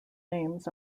names